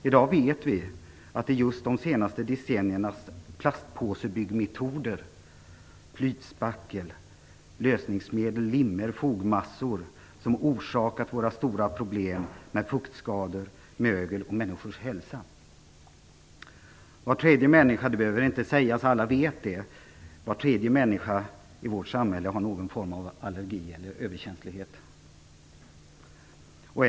I dag vet vi att det är just de senaste decenniernas plastpåsebyggmetoder med flytspackel, lösningsmedel, lim och fogmassor som orsakat våra stora problem med fuktskador, mögel och människors hälsa. Det behöver inte sägas att var tredje människa i vårt samhälle har någon form av allergi eller överkänslighet - alla vet det.